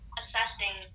assessing